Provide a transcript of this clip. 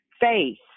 faith